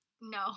No